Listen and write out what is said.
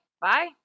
Bye